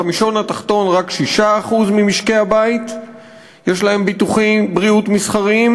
בחמישון התחתון רק 6% ממשקי הבית יש להם ביטוחי בריאות מסחריים,